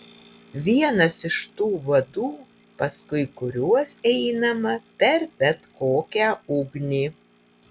vienas iš tų vadų paskui kuriuos einama per bet kokią ugnį